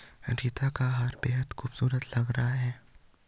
रीता का हार बेहद खूबसूरत लग रहा है